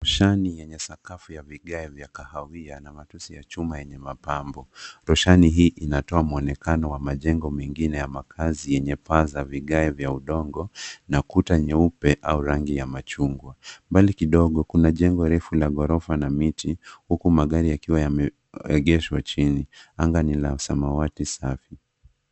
Roshani yenye sakafu ya vigae vya kahawia na matawi ya chuma yenye mapambo. Roshani hii inatoa mwonekano wa majengo mengine ya makazi yenye paa za vigae vya udongo na kuta nyeupe au rangi ya machungwa. Mbali kidogo kuna jengo refu la ghorofa na miti huku magari yakiwa yamegeeshwa chini. Anga ni la samawati safi.